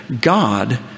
God